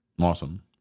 Awesome